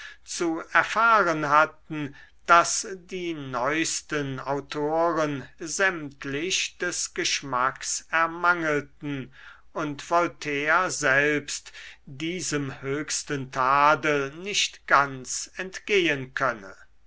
zu erfahren hatten daß die neusten autoren sämtlich des geschmacks ermangelten und voltaire selbst diesem höchsten tadel nicht ganz entgehen könne